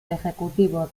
ejecutivo